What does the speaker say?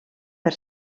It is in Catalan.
per